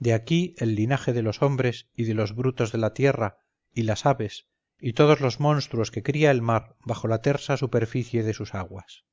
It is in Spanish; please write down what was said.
de aquí el linaje de los hombres y de los brutos de la tierra y las aves y todos los monstruos que cría el mar bajo la tersa superficie de sus aguas